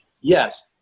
yes